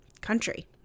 country